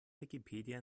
wikipedia